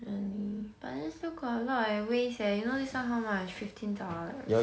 really but then still got a lot eh waste eh you know this one how much fifteen dollars